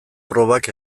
probak